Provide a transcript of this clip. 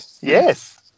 yes